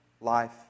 life